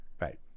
Right